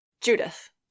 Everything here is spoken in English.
Judith